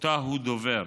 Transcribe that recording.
שאותה הוא דובר,